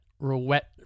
roulette